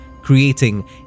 creating